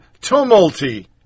Tumulty